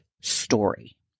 story